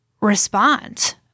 respond